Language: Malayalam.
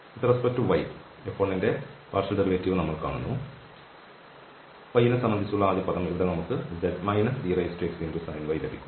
അതിനാൽ y നെ സംബന്ധിച്ചുള്ള F1 ന്റെ ഭാഗിക ഡെറിവേറ്റീവ് നമ്മൾ കാണുന്നു y നെ സംബന്ധിച്ചുള്ള ആദ്യ പദം ഇവിടെ നമുക്ക് z exsin y ലഭിക്കും